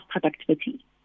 productivity